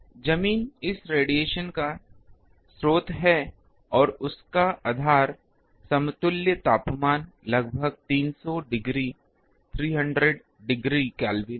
जमीन इस विकिरण का स्रोत है और इसका आधार समतुल्य तापमान लगभग 300 डिग्री केल्विन है